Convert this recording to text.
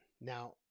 Now